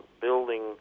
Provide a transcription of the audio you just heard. building